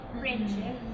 friendship